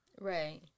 Right